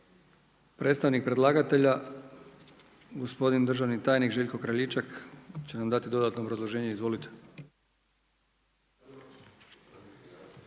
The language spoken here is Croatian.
Predstavnik predlagatelja gospodin državni tajnik Željko Kraljičak će nam dati dodatno obrazloženje. Izvolite.